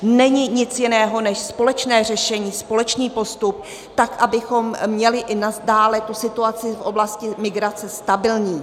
Není nic jiného než společné řešení, společný postup, tak abychom měli i nadále tu situaci v oblasti migrace stabilní.